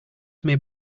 may